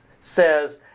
says